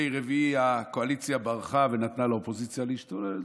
בימי רביעי הקואליציה ברחה ונתנה לאופוזיציה להשתולל,